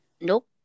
Nope